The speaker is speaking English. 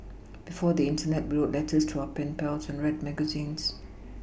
before the Internet we wrote letters to our pen pals and read magazines